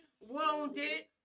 wounded